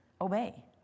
Obey